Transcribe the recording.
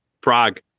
Prague